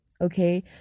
Okay